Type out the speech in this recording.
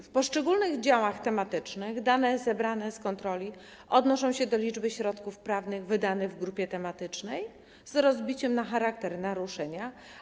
W poszczególnych działach tematycznych dane zebrane z kontroli odnoszą się do liczby środków prawnych wydanych w grupie tematycznej z rozbiciem na charakter naruszenia.